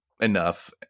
enough